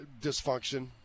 dysfunction